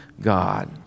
God